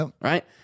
right